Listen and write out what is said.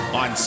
on